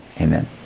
Amen